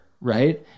right